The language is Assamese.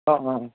অঁ অঁ